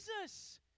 Jesus